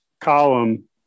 column